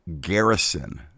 garrison